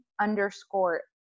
underscore